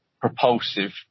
propulsive